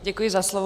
Děkuji za slovo.